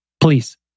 Please